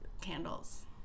candles